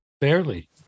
Barely